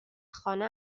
خانه